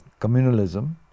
communalism